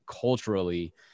culturally